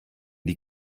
die